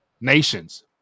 nations